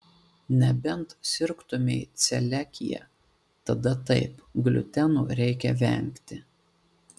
nebent sirgtumei celiakija tada taip gliuteno reikia vengti